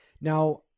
Now